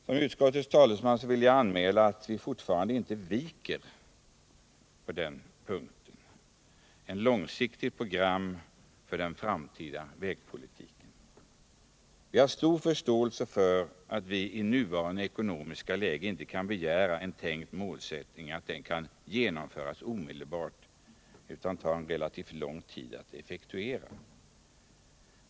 Som utskottets talesman vill jag anmäla att vi fortfarande inte viker när det gäller ett långsiktigt program för den framtida väghållningen. Vi har stor förståelse för att vi i nuvarande ekonomiska läge inte kan begära att en tänkt målsättning skall genomföras omedelbart utan att det tar relativt lång tid att effektuera en sådan.